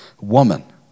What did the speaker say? woman